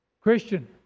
Christian